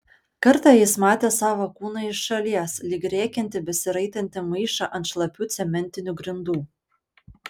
kartą jis matė savo kūną iš šalies lyg rėkiantį besiraitantį maišą ant šlapių cementinių grindų